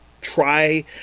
try